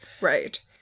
right